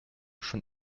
schon